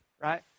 right